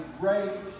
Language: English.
great